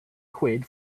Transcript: quid